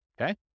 Okay